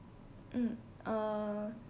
um uh